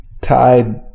Tide